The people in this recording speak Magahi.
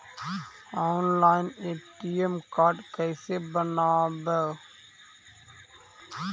ऑनलाइन ए.टी.एम कार्ड कैसे बनाबौ?